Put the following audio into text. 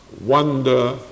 wonder